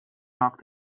nach